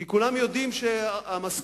כי כולם יודעים שהמשכורות,